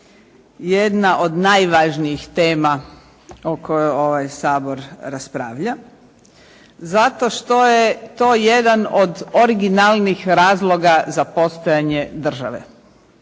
jedna od najvažnijih tema o kojoj ovaj Sabor raspravlja zato što je to jedan od originalnih razloga za postojanje države.